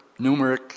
numeric